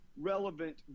relevant